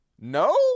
No